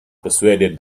persuaded